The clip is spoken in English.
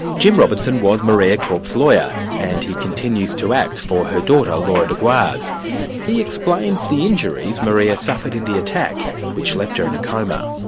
jim robinson was maria korp's lawyer, and he continues to act for her daughter, laura de gois. he explains the injuries maria suffered in the attack, which left her in a coma.